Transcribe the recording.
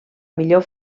millor